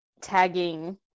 tagging